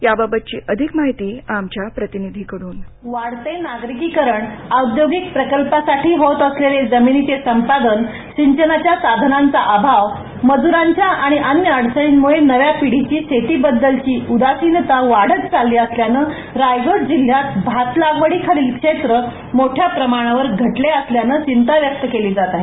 याबाबतची अधिक माहितीः वाढते नागरिकरण औदयोगिक प्रकल्पांसाठी होत असलेले जमिनीचे संपादन सिंचनाच्या साधनांचा अभाव मज्रांच्या आणि अन्य अडचणींमुळे नव्या पिढीचा शेतीबददलची उदासिनता वाढत चालली असल्याने रायगड जिल्ह्यात भात लागवडी खालील क्षेत्र मोठ्या प्रमाणावर घटले असल्याने चिंता व्यक्त केली जात आहे